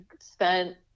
spent